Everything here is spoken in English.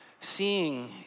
Seeing